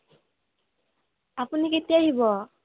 আপুনি কেতিয়া আহিব